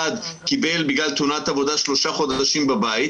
קיבל שלושה חודשים בבית בגלל תאונת עבודה,